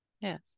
yes